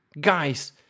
Guys